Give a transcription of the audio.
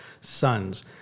sons